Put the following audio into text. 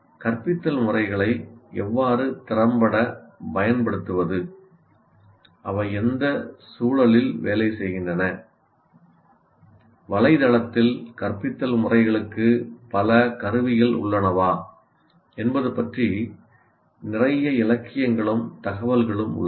கற்பித்தல் முறைகளை எவ்வாறு திறம்பட பயன்படுத்துவது அவை எந்தச் சூழலில் வேலை செய்கின்றன வலை தளத்தில் கற்பித்தல் முறைகளுக்கு பல கருவிகள் உள்ளனவா என்பது பற்றி நிறைய இலக்கியங்களும் தகவல்களும் உள்ளன